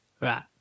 right